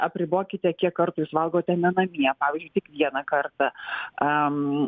apribokite kiek kartais valgote ne namie pavyzdžiui tik vieną kartą